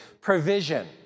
provision